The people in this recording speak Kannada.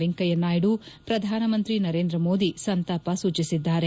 ವೆಂಕಯ್ಯನಾಯ್ಲು ಪ್ರದಾನಮಂತ್ರಿ ನರೇಂದ್ರ ಮೋದಿ ಸಂತಾಪ ಸೂಚಿಸಿದ್ದಾರೆ